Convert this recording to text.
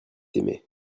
aimé